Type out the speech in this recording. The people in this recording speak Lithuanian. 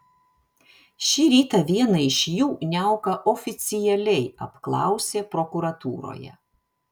šį rytą vieną iš jų niauka oficialiai apklausė prokuratūroje